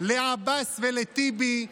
לעבאס ולטיבי,